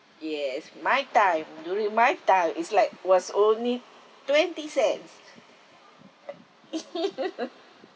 yes my time during my time is like was only twenty cents